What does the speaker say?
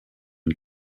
une